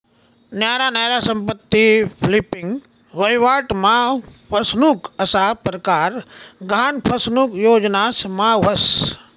न्यारा न्यारा संपत्ती फ्लिपिंग, वहिवाट मा फसनुक असा परकार गहान फसनुक योजनास मा व्हस